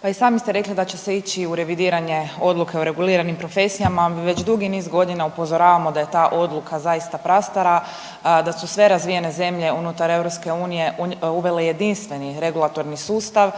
Pa i sami ste rekli da će se ići u revidiranje odluke o reguliranim profesijama. Već dugi niz godina upozoravamo da je ta odluka zaista prastara, da su sve razvijene zemlje unutar EU uvele jedinstveni regulatorni sustav.